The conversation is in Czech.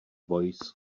voice